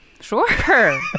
Sure